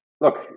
look